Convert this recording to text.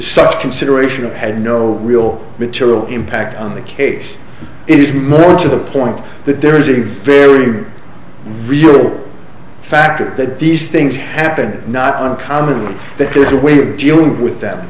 such consideration or had no real material impact on the case it is more to the point that there is a very real factor that these things happen not uncommon that there's a way of dealing with th